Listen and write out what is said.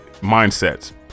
mindsets